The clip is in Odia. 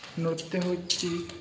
ନୃତ୍ୟ ହେଉଛି